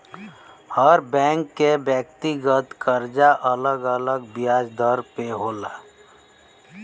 हर bank के व्यक्तिगत करजा अलग अलग बियाज दर पे होला